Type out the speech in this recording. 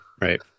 right